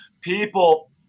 people